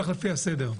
נלך לפי הסדר.